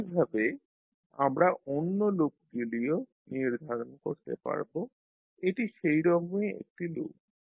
একই ভাবে আমরা অন্যান্য লুপগুলিও নির্ধারণ করতে পারব এটি সেরকমই একটি লুপ